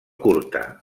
curta